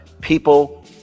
people